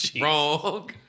Wrong